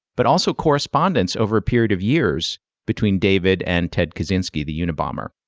but also correspondence over a period of years between david and ted kaczynski the unabomber.